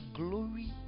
glory